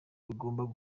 bigomba